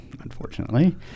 Unfortunately